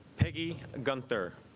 peggy gunther